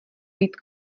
být